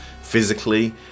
physically